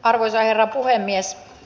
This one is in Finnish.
arvoisa herra puhemies